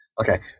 Okay